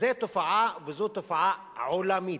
וזאת תופעה עולמית,